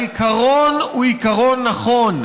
העיקרון הוא עיקרון נכון,